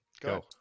Go